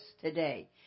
today